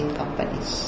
companies